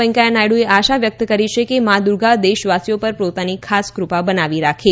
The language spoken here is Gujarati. વેંકૈયા નાયડુએ આશા વ્યક્ત કરી છે કે મા દુર્ગા દેશવાસીઓ પર પોતાની ખાસ કૃપા બનાવી રાખશે